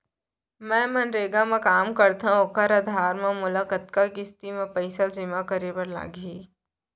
मैं मनरेगा म काम करथो, ओखर आधार म मोला कतना किस्ती म पइसा जेमा करे बर लागही?